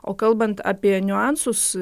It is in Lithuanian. o kalbant apie niuansus